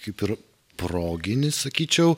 kaip ir proginis sakyčiau